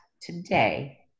today